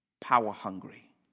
power-hungry